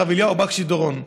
הרב אליהו בקשי דורון,